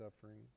suffering